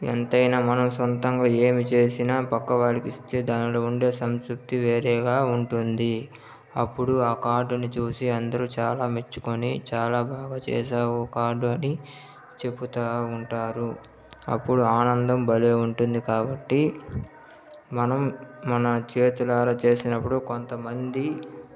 ఎంతైనా మనం సొంతంగా ఏమి చేసిన పక్క వారికి ఇస్తే దానిలో ఉండే సంతృప్తి వేరేగా ఉంటుంది అప్పుడు ఆ కార్డుని చూసి అందరు చాలా మెచ్చుకొని చాలా బాగా చేశావు కార్డు అని చెప్పుతా ఉంటారు అప్పుడు ఆనందం భలే ఉంటుంది కాబట్టి మనం మన చేతిలారా చేసినప్పుడు కొంత మంది